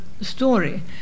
story